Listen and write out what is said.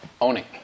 owning